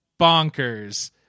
bonkers